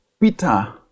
Peter